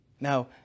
Now